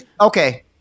okay